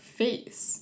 face